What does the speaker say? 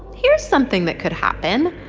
here's something that could happen.